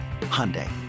Hyundai